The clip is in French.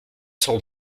seront